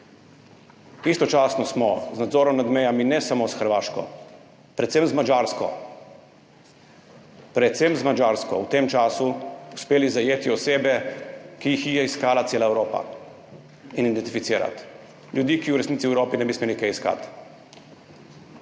Istočasno smo z nadzorom nad mejami, ne samo s Hrvaško, predvsem z Madžarsko, predvsem z Madžarsko v tem času uspeli zajeti osebe, ki jih je iskala cela Evropa, in identificirati ljudi, ki v resnici v Evropi ne bi smeli kaj iskati,